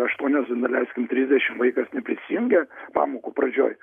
aštuonios daleiskim trisdešimt vaikas prisijungia pamokų pradžioj